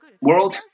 world